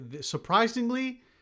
Surprisingly